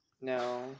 No